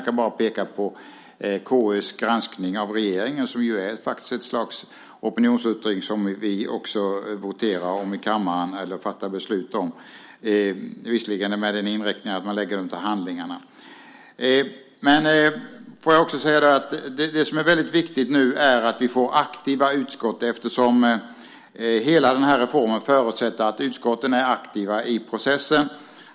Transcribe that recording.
Jag kan peka på konstitutionsutskottets granskning av regeringen som faktiskt är ett slags opinionsyttring som vi också voterar om i kammaren, eller fattar beslut om, visserligen med den inriktningen att vi lägger det till handlingarna. Det viktiga är att vi får aktiva utskott eftersom hela reformen förutsätter att utskotten är aktiva i processen.